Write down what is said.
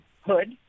hood